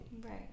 Right